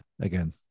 again